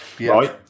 Right